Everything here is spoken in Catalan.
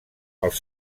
pels